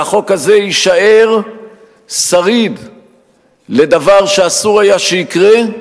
שהחוק הזה יישאר שריד לדבר שאסור היה שיקרה,